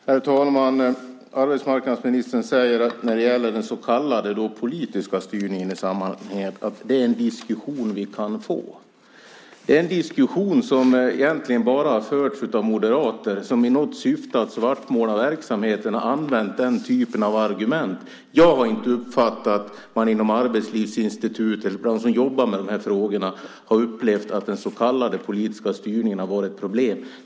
Herr talman! Arbetsmarknadsministern säger när det gäller den så kallade politiska styrningen i sammanhanget att det är en diskussion vi kan få. Det är en diskussion som egentligen bara har förts av moderater som i något syfte att svartmåla verksamheten har använt den typen av argument. Jag har inte uppfattat att man bland dem inom Arbetslivsinstitutet som jobbar med de här frågorna har upplevt att den så kallade styrningen har varit ett problem.